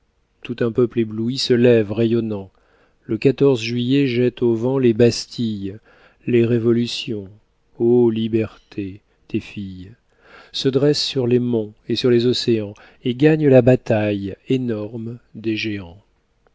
tout un peuple ébloui se lève rayonnant le quatorze juillet jette au vent les bastilles les révolutions ô liberté tes filles se dressent sur les monts et sur les océans et gagnent la bataille énorme des géants